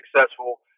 successful